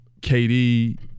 KD